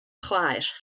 chwaer